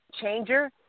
changer